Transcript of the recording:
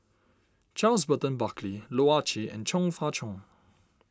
Charles Burton Buckley Loh Ah Chee and Chong Fah Cheong